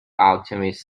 alchemist